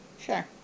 sure